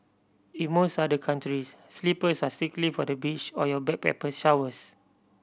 in most other countries slippers are strictly for the beach or your backpacker showers